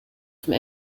from